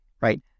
right